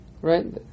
right